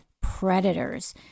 predators